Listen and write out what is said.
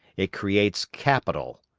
it creates capital,